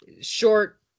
short